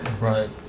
right